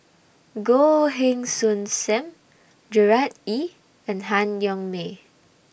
Goh Heng Soon SAM Gerard Ee and Han Yong May